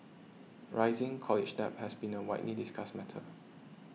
rising college debt has been a widely discussed matter